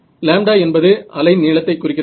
λ என்பது அலை நீளத்தை குறிக்கிறது